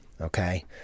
okay